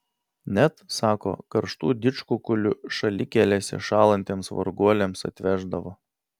net sako karštų didžkukulių šalikelėse šąlantiems varguoliams atveždavo